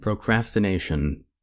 Procrastination